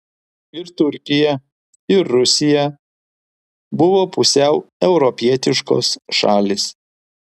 ir turkija ir rusija buvo pusiau europietiškos šalys